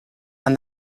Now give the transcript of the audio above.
and